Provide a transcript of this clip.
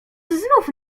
znów